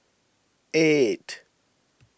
eight